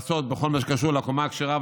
לעשות בכל מה שקשור לקומה הכשרה,